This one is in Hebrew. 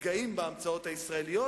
מתגאים בהמצאות הישראליות,